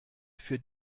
für